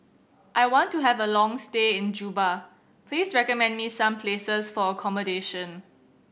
I want to have a long stay in Juba please recommend me some places for accommodation